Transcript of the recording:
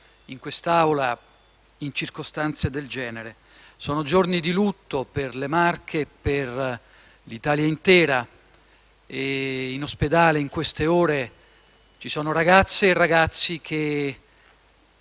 in quest'Aula in circostanze del genere. Sono giorni di lutto per le Marche e per l'Italia intera. In ospedale in queste ore ci sono ragazze e ragazzi che